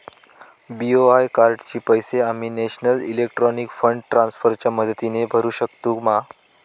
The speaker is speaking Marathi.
बी.ओ.आय कार्डाचे पैसे आम्ही नेशनल इलेक्ट्रॉनिक फंड ट्रान्स्फर च्या मदतीने भरुक शकतू मा?